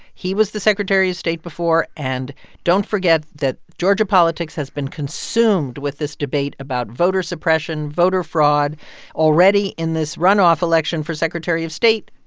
he was the secretary of state before. and don't forget that georgia politics has been consumed with this debate about voter suppression, voter fraud already in this runoff election for secretary of state,